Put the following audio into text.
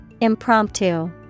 Impromptu